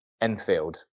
Enfield